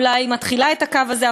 אולי היא מתחילה את הקו הזה,